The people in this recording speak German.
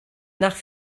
nach